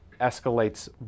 escalates